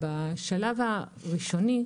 בשלב הראשוני,